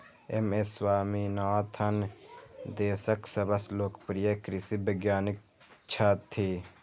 M S Swaminathan देशक सबसं लोकप्रिय कृषि वैज्ञानिक छथि